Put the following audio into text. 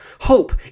hope